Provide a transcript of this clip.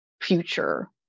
future